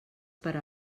per